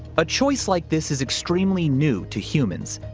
a choice like this is extremely new to humans.